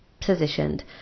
positioned